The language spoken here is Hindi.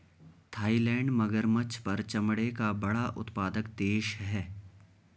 थाईलैंड मगरमच्छ पर चमड़े का बड़ा उत्पादक देश है